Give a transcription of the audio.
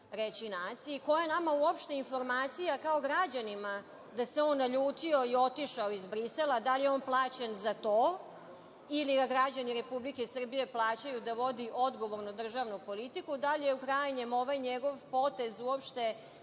reći naciji? Koja je nama uopšte informacija, kao građanima, da se on naljutio i otišao iz Brisela? Da li je on plaćen za to ili ga građani Republike Srbije plaćaju da vodi odgovornu državnu politiku? Da li je, u krajnjem, ovaj njegov potez uopšte